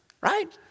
Right